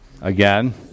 Again